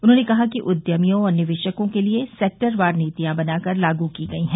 उन्होंने कहा कि उद्यमियों और निवेशकों के लिये सेक्टर वार नीतियां बनाकर लागू की गई है